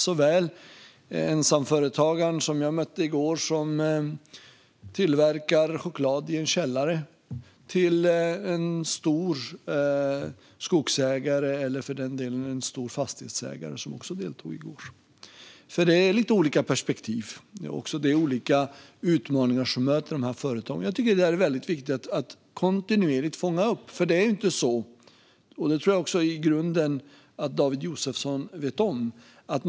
I går mötte jag ensamföretagaren som tillverkar choklad i en källare, en stor skogsägare och en stor fastighetsägare. De här företagen har lite olika perspektiv och möter olika utmaningar. Det är viktigt att kontinuerligt fånga upp. Det är inte på det sättet att man gör en sak, och sedan är det klart.